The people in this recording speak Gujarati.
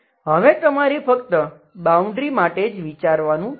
હવે તમારે ફક્ત બાઉન્ડ્રી માટે જ વિચારવાનું છે